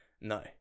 No